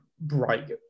bright